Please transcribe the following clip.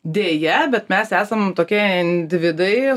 deja bet mes esam tokie individai